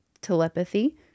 telepathy